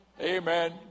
amen